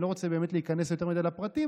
אני לא רוצה באמת להיכנס יותר מדי לפרטים,